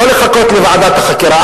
לא לחכות לוועדת החקירה.